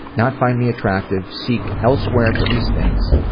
not find me attractive, seek elsewhere for these things.